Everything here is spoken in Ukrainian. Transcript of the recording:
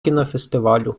кінофестивалю